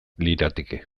lirateke